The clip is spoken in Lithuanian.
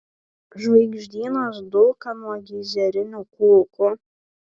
žvaigždynas dulka nuo geizerinių kulkų